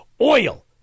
Oil